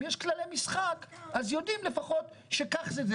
אם יש כללי משחק אז יודעים שכך זה,